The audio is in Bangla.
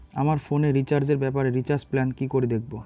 আমার ফোনে রিচার্জ এর ব্যাপারে রিচার্জ প্ল্যান কি করে দেখবো?